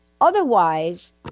otherwise